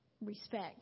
respect